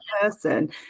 person